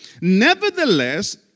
Nevertheless